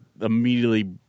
immediately